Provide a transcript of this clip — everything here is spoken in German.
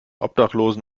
obdachlosen